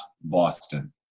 Boston